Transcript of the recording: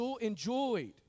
enjoyed